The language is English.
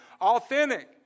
authentic